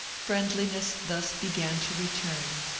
friendliness thus began to return,